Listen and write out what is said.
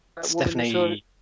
Stephanie